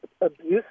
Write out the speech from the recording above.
abuse